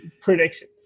prediction